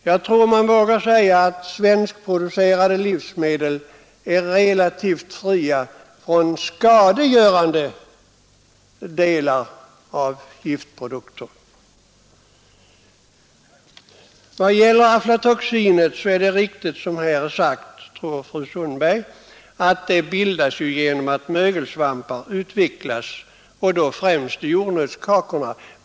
Jag tror man vågar säga att svenskproducerade livsmedel är relativt fria från skadliga ämnen. Aflatoxin bildas, som fru Sundberg sade, genom att mögelsvampar utvecklas, främst i jordnötskakor.